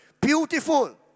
Beautiful